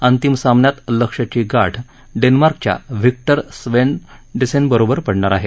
अंतिम सामन्यात लक्ष्यची गाठ डेन्मार्कच्या व्हिक्टर स्वेनडसेन बरोबर पडणार आहे